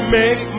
make